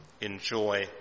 enjoy